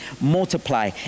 multiply